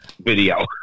video